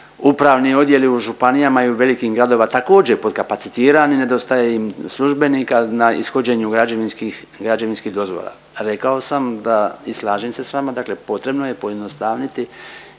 upravni odjelu u županijama i u velikim gradova također, potkapacitirani, nedostaje im službenika na ishođenju građevinskih dozvola. Rekao sam da i slažem se s vama dakle potrebno je pojednostavniti